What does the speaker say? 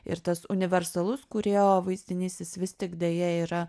ir tas universalus kūrėjo vaizdinys jis vis tik deja yra